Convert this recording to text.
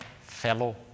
fellow